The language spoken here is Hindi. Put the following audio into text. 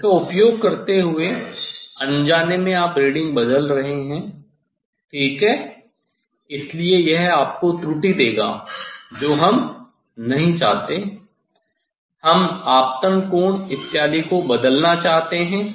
इस का उपयोग करते हुए अनजाने में आप रीडिंग बदल रहे हैं ठीक है इसलिए यह आपको त्रुटि देगा जो हम नहीं चाहते हैं हम आपतन कोण इत्यादि को बदलना चाहते हैं